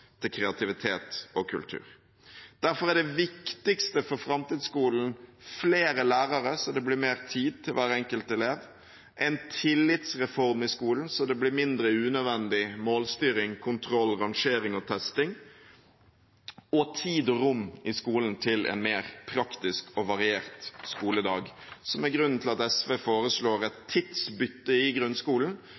til kreativitet og kultur. Derfor er det viktigste for framtidsskolen: flere lærere, så det blir mer tid til hver enkelt elev en tillitsreform i skolen, så det blir mindre unødvendig målstyring, kontroll, rangering og testing tid og rom i skolen til en mer praktisk og variert skoledag, noe som er grunnen til at SV foreslår et tidsbytte i grunnskolen